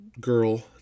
girl